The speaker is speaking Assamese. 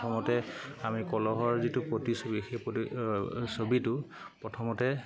প্ৰথমতে আমি কলহৰ যিটো প্ৰতিছবি সেই ছবিটো প্ৰথমতে